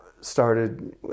started